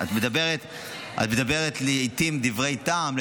את מדברת לעיתים דברי טעם,